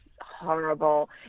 horrible